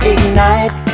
Ignite